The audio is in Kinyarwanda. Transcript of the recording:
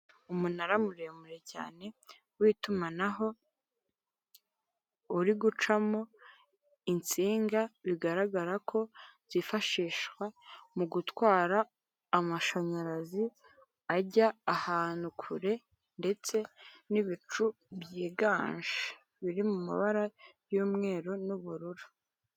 Umunara muremure cyane w'itumanaho uri gucamo insinga bigaragara ko byifashishwa mu gutwara amashanyarazi ajya ahantu kure, ndetse n'ibicu byiganje biri mu mabara y'umweru n'ubururu.